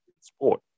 sport